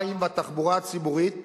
מים והתחבורה הציבורית?